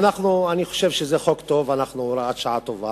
אני חושב שזאת הוראת שעה טובה,